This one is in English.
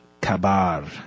Kabar